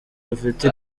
rufite